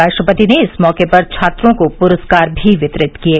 राष्ट्रपति ने इस मौके पर छात्रों को पुरस्कार भी वितरित किये